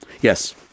Yes